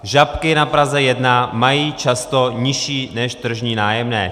Žabky na Praze 1 mají často nižší než tržní nájemné.